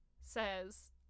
says